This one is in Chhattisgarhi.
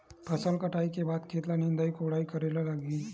फसल कटाई के बाद खेत ल निंदाई कोडाई करेला लगही?